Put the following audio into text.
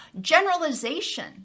generalization